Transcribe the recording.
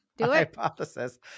Hypothesis